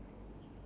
yes